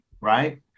right